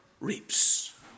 reaps